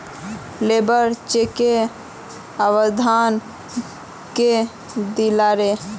labour चेकेर अवधारणा के दीयाले